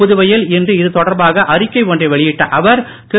புதுவையில் இன்று இதுதொடர்பாக அறிக்கை ஒன்றை வெளியிட்ட அவர் திரு